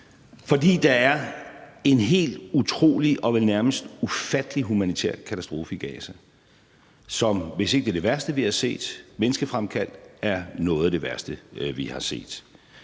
Fordi der er en helt utrolig og vel nærmest ufattelig humanitær katastrofe i Gaza, som, hvis ikke det er det værste, vi har set fremkaldt af mennesker, er noget af det værste, vi har set.